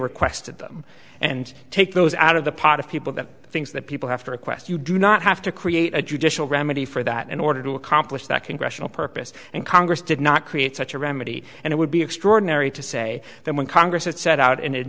requested them and take those out of the pot of people the things that people have to request you do not have to create a judicial remedy for that in order to accomplish that congressional purpose and congress did not create such a remedy and it would be extraordinary to say that when congress has set out an ad